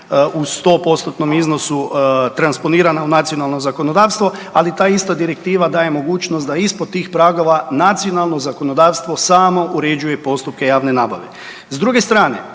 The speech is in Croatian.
u 100%-tnom iznosu transponirana u nacionalno zakonodavstvo, ali ta ista direktiva daje mogućnost da ispod tih pragova nacionalno zakonodavstvo samo uređuje postupke javne nabave.